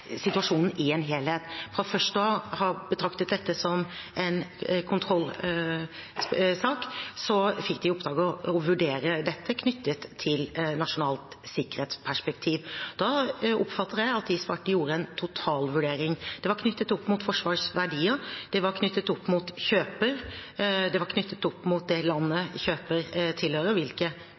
situasjonen i en helhet. Fra først å ha betraktet dette som en kontrollsak, fikk de i oppdrag å vurdere dette knyttet til nasjonalt sikkerhetsperspektiv. Da oppfatter jeg at de gjorde en totalvurdering. Det var knyttet opp mot Forsvarets verdier, det var knyttet opp mot kjøper, det var knyttet opp mot det landet kjøper tilhører, hvilken kunnskap de har, og